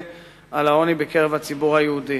על העוני בקרב הציבור היהודי.